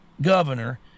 governor